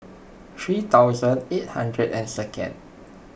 three thousand eight hundred and second